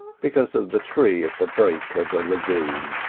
because of the tree at the break of the lagoon.